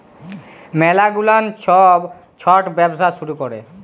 ম্যালা গুলান ছব ছট ব্যবসা শুরু ক্যরে